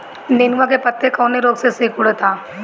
नेनुआ के पत्ते कौने रोग से सिकुड़ता?